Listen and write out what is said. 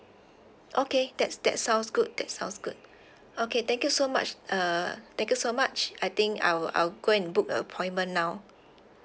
okay that's that sounds good that sounds good okay thank you so much uh thank you so much I think I will I'll go and book a appointment now